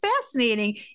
fascinating